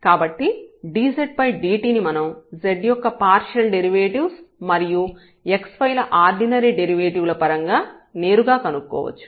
కాబట్టి dzdt ని మనం z యొక్క పార్షియల్ డెరివేటివ్స్ మరియు x y ల ఆర్డినరీ డెరివేటివ్ ల పరంగా నేరుగా కనుక్కోవచ్చు